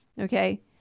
Okay